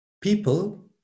people